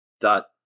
dot